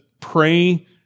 Pray